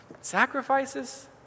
sacrifices